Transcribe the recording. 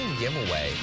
Giveaway